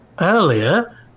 earlier